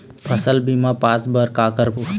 फसल बीमा पास बर का करबो?